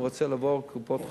אם הוא רוצה לעבור קופת-חולים,